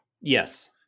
Yes